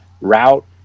route